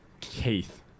Keith